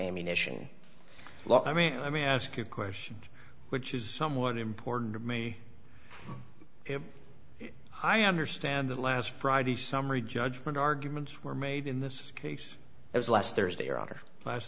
ammunition i mean i mean i ask you a question which is somewhat important to me if i understand the last friday summary judgment arguments were made in this case it was last thursday or last